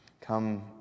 Come